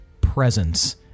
presence